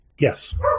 Yes